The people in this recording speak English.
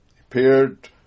appeared